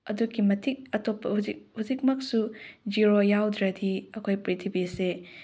ꯑꯗꯨꯛꯀꯤ ꯃꯇꯤꯛ ꯑꯇꯣꯞꯄ ꯍꯧꯖꯤꯛ ꯍꯧꯖꯤꯛꯃꯛꯁꯨ ꯖꯦꯔꯣ ꯌꯥꯎꯗ꯭ꯔꯗꯤ ꯑꯩꯈꯣꯏ ꯄ꯭ꯔꯤꯊꯤꯕꯤꯁꯦ